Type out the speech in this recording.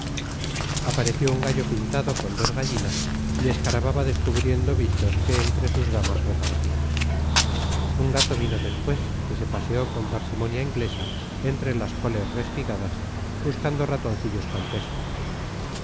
apareció un gallo pintado con dos gallinas y escarbaba descubriendo bichos que entre sus damas repartía un gato vino después que se paseó con parsimonia inglesa entre las coles respigadas buscando ratoncillos campestres